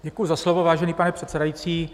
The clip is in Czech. Děkuji za slovo, vážený pane předsedající.